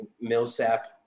Millsap